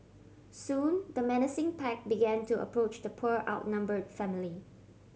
soon the menacing pack began to approach the poor outnumber family